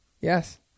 Yes